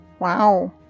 Wow